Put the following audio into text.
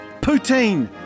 Poutine